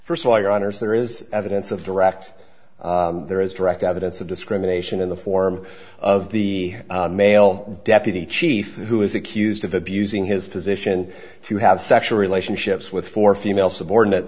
first of all your honors there is evidence of the racks there is direct evidence of discrimination in the form of the male deputy chief who is accused of abusing his position to have sexual relationships with four female subordinate